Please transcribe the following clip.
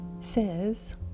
says